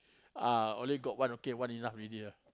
ah only got one okay one enough already lah